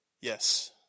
Yes